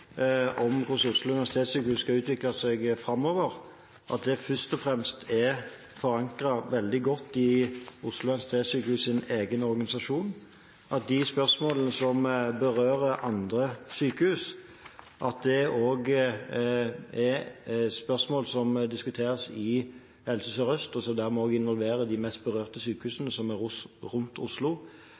først og fremst i Oslo universitetssykehus’ egen organisasjon, og at de spørsmålene som berører andre sykehus, er spørsmål som også diskuteres i Helse Sør-Øst, og som dermed involverer de mest berørte sykehusene, som er rundt Oslo,